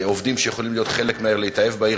עובדים שיכולים להיות חלק מהעיר ולהתאהב בעיר,